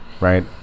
right